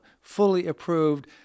fully-approved